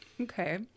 Okay